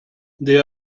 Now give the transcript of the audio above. they